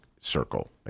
circle